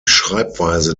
schreibweise